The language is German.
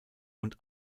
und